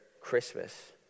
Christmas